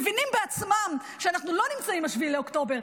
מבינים בעצמם שאנחנו לא נמצאים ב-7 לאוקטובר,